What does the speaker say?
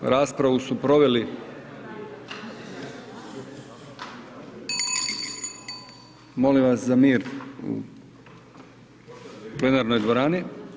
Raspravu su proveli… … [[Upadica sa strane, ne razumije se.]] Molim vas za mir u plenarnoj dvorani.